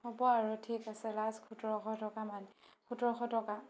হ'ব আৰু ঠিক আছে লাষ্ট সোতৰশ টকা মান সোতৰশ টকা